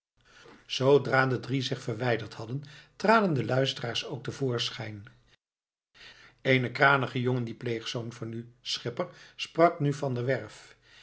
zoodra de drie zich verwijderd hadden traden de luisteraars ook te voorschijn een kranige jongen die pleegzoon van u schipper sprak van der werff